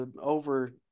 over